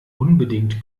unbedingt